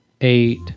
eight